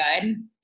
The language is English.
good